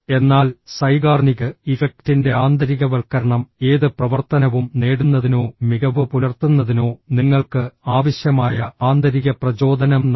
എന്നാൽ സൈഗാർനിക് ഇഫക്റ്റിന്റെ ആന്തരികവൽക്കരണം ഏത് പ്രവർത്തനവും നേടുന്നതിനോ മികവ് പുലർത്തുന്നതിനോ നിങ്ങൾക്ക് ആവശ്യമായ ആന്തരിക പ്രചോദനം നൽകും